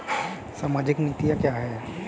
सामाजिक नीतियाँ क्या हैं?